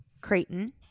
Creighton